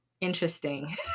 interesting